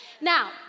Now